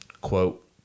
Quote